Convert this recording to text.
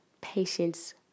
patience